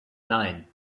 nein